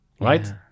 right